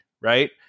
right